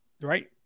Right